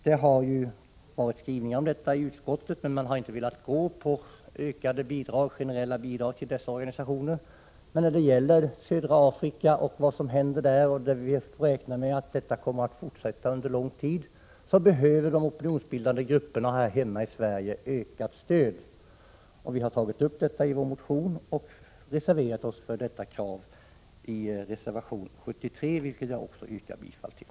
Det har gjorts skrivningar om detta i utskottet, men man har inte velat gå in för ökade generella bidrag till dessa organisationer. Det som händer i södra Afrika får vi räkna med kommer att fortsätta under lång tid, och de opinionsbildande grupperna här hemma i Sverige behöver ökat stöd. Vi har tagit upp detta i vår motion och reserverat oss för det kravet i reservation 73, till vilken jag också yrkar bifall.